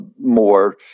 more